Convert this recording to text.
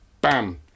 Bam